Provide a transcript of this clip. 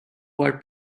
war